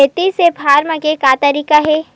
खेती से फारम के का तरीका हे?